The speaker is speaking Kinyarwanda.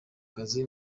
kazi